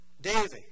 David